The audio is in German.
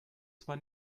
zwar